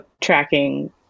tracking